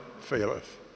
faileth